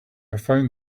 found